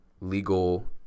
legal